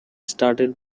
started